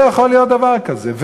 לא יכול להיות דבר כזה.